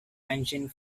engine